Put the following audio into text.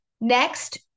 Next